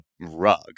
rug